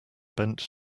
bent